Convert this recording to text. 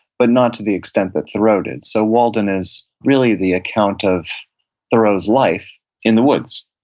but not to the extent that thoreau did. so walden is really the account of thoreau's life in the woods,